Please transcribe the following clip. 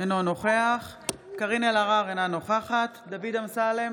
אינו נוכח קארין אלהרר, אינה נוכחת דוד אמסלם,